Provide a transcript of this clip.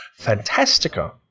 Fantastica